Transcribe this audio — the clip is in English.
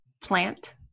plant